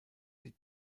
die